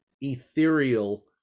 ethereal